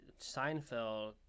Seinfeld